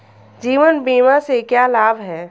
जीवन बीमा से क्या लाभ हैं?